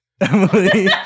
Emily